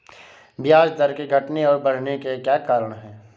ब्याज दर के घटने और बढ़ने के क्या कारण हैं?